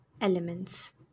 elements